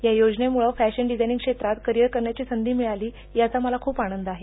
या योजनेमुळं fashion designing क्षेत्रात करिअर करायची संधी मिळाली याचा खूप आनंद आहे